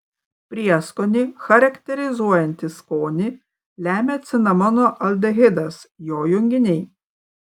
prieskonį charakterizuojantį skonį lemia cinamono aldehidas jo junginiai